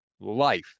life